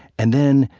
and then,